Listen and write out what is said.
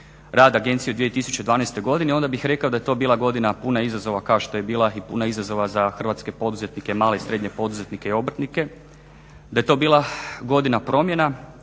rad agencije u 2012. godini onda bih rekao da je to bila godina puna izazova kao što je bila i puna izazova za hrvatske poduzetnike, male i srednje poduzetnike i obrtnike, da je to bila godina promjena,